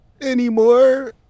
...anymore